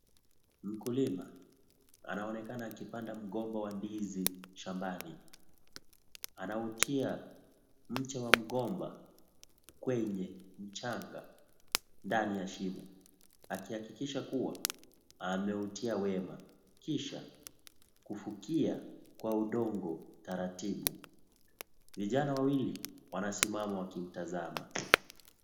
Mkulima anaonekana akipanda mgomba wa ndizi shambani. Anautia mche wa mgomba kwenye mchanga ndani ya shimo akihakikisha kuwa ameutia wema kisha kufukia kwa udongo taratibu Vvijana wawili wansimama wakimtazama.